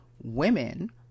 Women